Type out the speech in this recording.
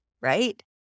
right